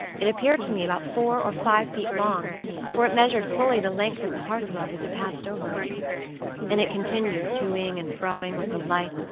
it appeared to me about four or five feet long for it measured fully the length of the hearthrug as it passed over it and it continued to-ing and fro-ing with the lithe,